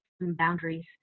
boundaries